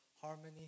harmony